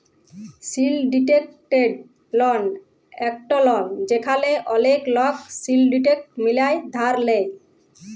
syndicated loan একট loan যেখালে ওলেক লক সিলডিকেট মিলায় ধার লেয়